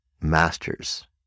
masters